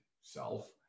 self